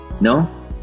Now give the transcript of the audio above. No